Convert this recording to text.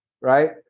Right